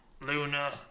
Luna